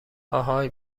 اهای